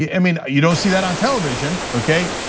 yeah i mean, you don't see that on television, okay?